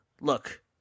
look